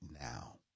now